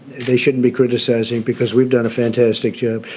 they shouldn't be criticizing because we've done a fantastic job.